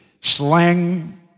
slang